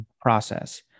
process